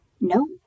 no